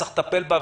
צריך לטפל בה,